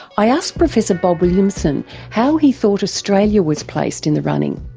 i asked professor bob williamson how he thought australia was placed in the running.